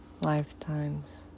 lifetimes